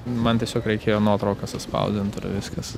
man tiesiog reikėjo nuotraukas atspausdinti ir viskas